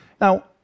Now